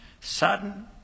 sudden